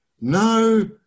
No